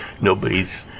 nobody's